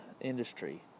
industry